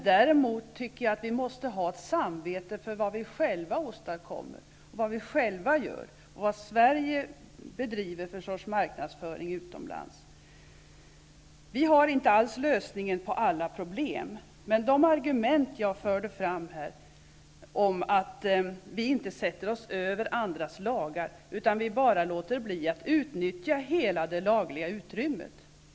Däremot måste vi ha ett samvete för vad vi själva åstadkommer och vilken sorts marknadsföring Vi har inte lösningen på alla problem. Men de argument jag förde fram var att vi inte sätter oss över andras lagar, utan vi låter bli att utnyttja hela det lagliga utrymmet.